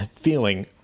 feeling